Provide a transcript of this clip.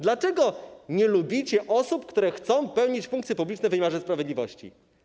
Dlaczego nie lubicie osób, które chcą pełnić funkcje publiczne w wymiarze sprawiedliwości?